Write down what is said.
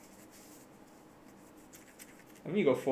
I mean you got four years to study ah